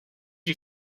you